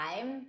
time